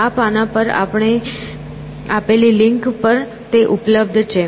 આ પાનાં પર આપેલી લિંક પર તે ઉપલબ્ધ છે